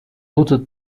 looted